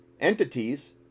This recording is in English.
entities